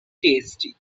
tasty